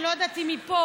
אני לא יודעת אם היא פה,